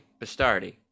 Bastardi